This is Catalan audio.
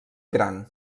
gran